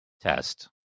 test